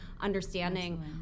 understanding